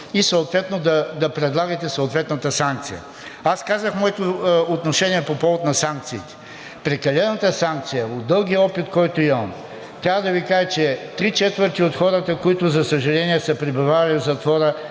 и съответно да предлагат и съответната санкция. Казах моето отношение по повод на санкциите. Прекалената санкция от дългия опит, който имам, трябва да Ви кажа, че три четвърти от хората, които, за съжаление, са пребивавали в затвора,